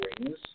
Rings